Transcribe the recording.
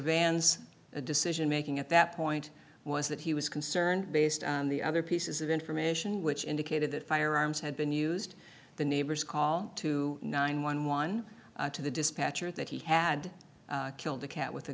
the decision making at that point was that he was concerned based on the other pieces of information which indicated that firearms had been used the neighbors call to nine hundred and eleven to the dispatcher that he had killed the cat with a